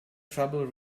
trouble